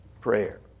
prayer